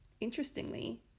Interestingly